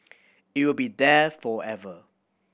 it will be there forever